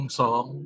song